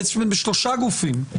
גופים,